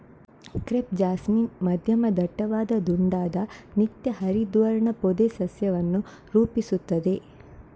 crepe jasmine ಮಧ್ಯಮ ದಟ್ಟವಾದ ದುಂಡಾದ ನಿತ್ಯ ಹರಿದ್ವರ್ಣ ಪೊದೆ ಸಸ್ಯವನ್ನು ರೂಪಿಸುತ್ತದೆ